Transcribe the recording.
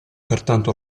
pertanto